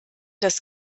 das